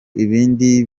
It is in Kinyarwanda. ibindi